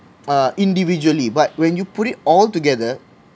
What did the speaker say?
uh individually but when you put it all together